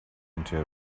into